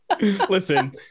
listen